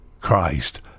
Christ